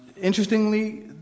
Interestingly